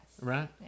right